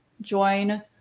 join